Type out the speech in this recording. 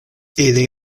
ili